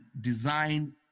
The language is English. design